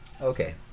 okay